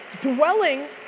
dwelling